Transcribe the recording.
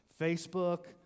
Facebook